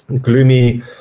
gloomy